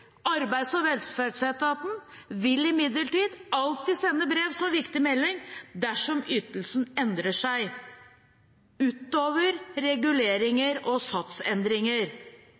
og velferdsetaten vil imidlertid alltid sende brev som «viktig melding» dersom ytelsen endrer seg utover reguleringer og satsendringer,